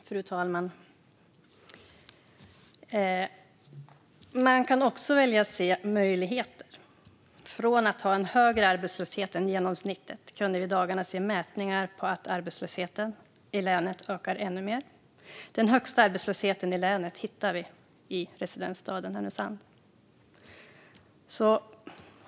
Fru talman! Man kan också välja att se möjligheter. Från att ha haft en högre arbetslöshet än genomsnittet kunde vi i dagarna se mätningar på att arbetslösheten i länet ökar ännu mer. Den högsta arbetslösheten i länet hittar vi i residensstaden Härnösand.